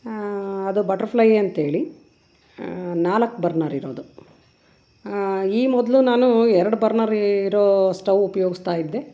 ಅದು ಬಟ್ರ್ಫ್ಲೈ ಅಂಥೇಳಿ ನಾಲ್ಕು ಬರ್ನರ್ ಇರೋದು ಈ ಮೊದಲು ನಾನು ಎರಡು ಬರ್ನರ್ ಇರೋ ಸ್ಟವ್ ಉಪ್ಯೋಗಿಸ್ತಾ ಇದ್ದೆ